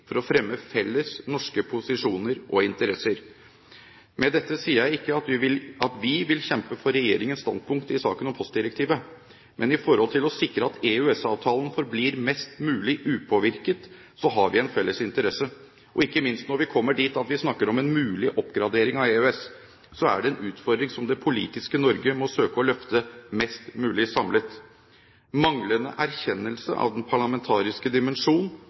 for å fremme felles norske posisjoner og interesser. Med dette sier jeg ikke at vi vil kjempe for regjeringens standpunkt i saken om postdirektivet, men i forhold til å sikre at EØS-avtalen forblir mest mulig upåvirket, har vi en felles interesse. Ikke minst når vi kommer dit at vi snakker om en mulig oppgradering av EØS, er det en utfordring som det politiske Norge må søke å løfte mest mulig samlet. Manglende erkjennelse av den parlamentariske